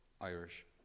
Irish